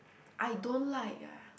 I don't like eh